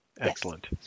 excellent